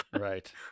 Right